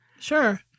Sure